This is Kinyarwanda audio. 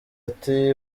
ati